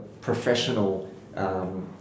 professional